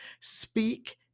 Speak